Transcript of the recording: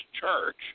church